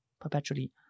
perpetually